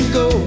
go